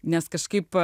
nes kažkaip